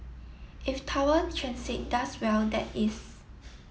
if Tower Transit does well that is